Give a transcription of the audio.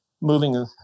Moving